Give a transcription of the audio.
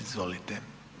Izvolite.